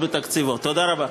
תודה רבה.